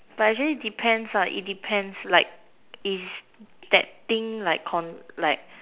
but actually depends it depends like if that thing like like